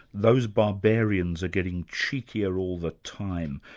those barbarians are getting cheekier all the time.